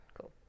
Cool